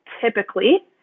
typically